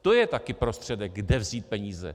To je taky prostředek, kde vzít peníze.